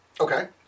Okay